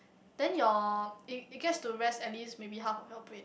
then your it it gets to rest at least maybe half of your brain